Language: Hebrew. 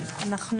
מבקשים?